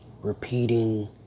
repeating